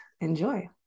enjoy